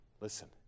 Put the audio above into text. Listen